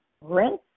rinse